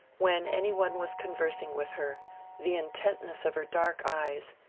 when any one was conversing with her the intent ness of her dark eyes,